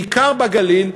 בעיקר בגליל,